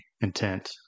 intent